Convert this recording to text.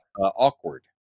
awkward